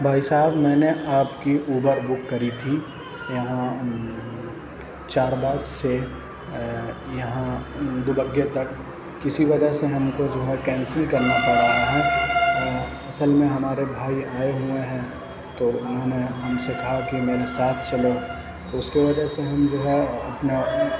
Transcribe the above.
بھائی صاحب میں نے آپ کی اوبر بک کری تھی یہاں چار باغ سے یہاں دوبگھے پر کسی وجہ سے ہم کو جو ہے کینسل کرنا پڑ رہا ہے اور اصل میں ہمارے بھائی آئے ہوئے ہیں تو اُنہوں نے ہم سے کہا کہ میرے ساتھ چلو تو اُس کی وجہ سے ہم جو ہے اپنا